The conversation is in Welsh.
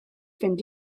fynd